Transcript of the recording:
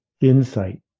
insight